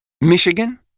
Michigan